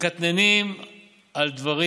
ומתקטננים על דברים